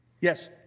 Yes